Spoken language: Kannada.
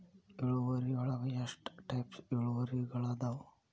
ಇಳುವರಿಯೊಳಗ ಎಷ್ಟ ಟೈಪ್ಸ್ ಇಳುವರಿಗಳಾದವ